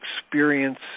experience